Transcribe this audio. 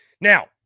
Now